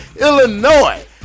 illinois